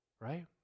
right